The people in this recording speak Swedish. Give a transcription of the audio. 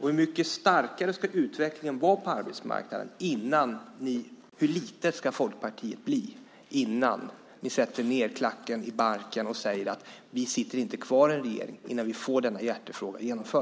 och hur mycket starkare ska utvecklingen vara på arbetsmarknaden innan ni bidrar till att taket i sjukförsäkringen höjs? Det är den första alternativa frågan. Den andra frågan är: Hur litet ska Folkpartiet bli innan ni sätter klacken i marken och säger att ni inte sitter kvar i regeringen om ni inte får denna hjärtefråga genomförd?